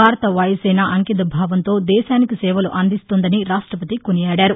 భారత వాయుసేన అంకిత భావంతో దేశానికి సేవలు అందిస్తోందని రాష్టపతి కొనియాడారు